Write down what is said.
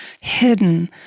hidden